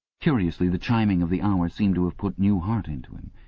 curiously, the chiming of the hour seemed to have put new heart into him.